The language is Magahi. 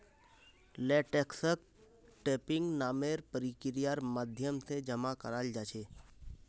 लेटेक्सक टैपिंग नामेर प्रक्रियार माध्यम से जमा कराल जा छे